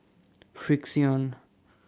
Frixion